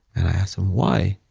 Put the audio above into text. and i asked him why?